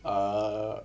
err